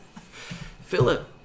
Philip